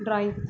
drawing